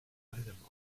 einem